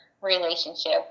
relationship